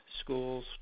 schools